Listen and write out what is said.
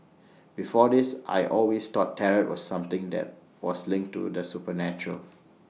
before this I always thought tarot was something that was linked to the supernatural